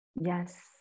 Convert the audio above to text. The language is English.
Yes